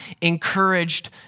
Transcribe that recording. encouraged